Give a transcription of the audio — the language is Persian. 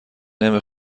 نمی